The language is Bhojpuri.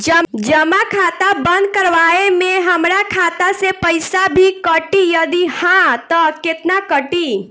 जमा खाता बंद करवावे मे हमरा खाता से पईसा भी कटी यदि हा त केतना कटी?